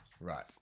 Right